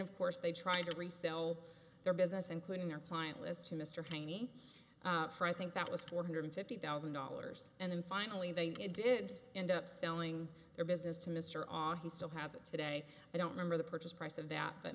of course they tried to resell their business including their client list to mr heinie for i think that was four hundred fifty thousand dollars and then finally they did end up selling their business to mr r he still has it today i don't remember the purchase price of that but